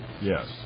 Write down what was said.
Yes